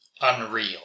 unreal